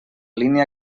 línia